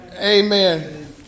Amen